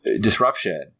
disruption